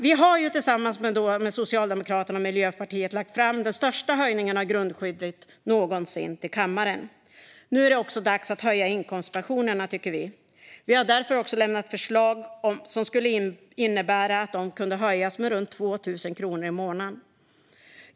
Vi har tillsammans med Socialdemokraterna och Miljöpartiet lagt fram den största höjningen av grundskyddet någonsin för kammaren. Nu är det också dags att höja inkomstpensionerna, tycker vi. Vi har därför lämnat förslag som skulle kunna innebära att de höjs med runt 2 000 kronor i månaden.